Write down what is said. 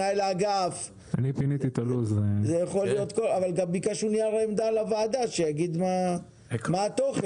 אבל גם ביקשנו נייר עמדה לוועדה שיגיד מה התוכן,